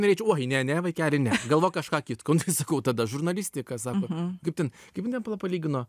norėčiau oi ne ne vaikeli ne galvok kažką kitką nu tai sakau tada žurnalistika sako kaip ten kaip jin ten palygino